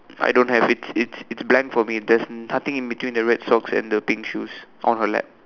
I don't have it it's it's blank for me there's nothing in between the red socks and pink shoes on her lap